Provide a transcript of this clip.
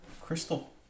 Crystal